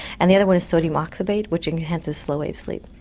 and the other one is sodium oxybate, which enhances slow wave sleep.